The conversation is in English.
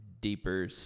deeper